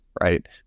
right